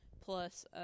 plus